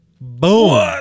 Boom